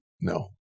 no